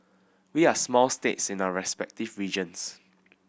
we are small states in our respective regions